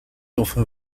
enfin